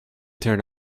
turn